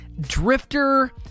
Drifter